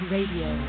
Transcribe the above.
Radio